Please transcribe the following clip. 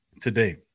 today